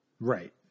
right